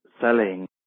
selling